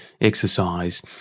exercise